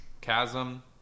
Chasm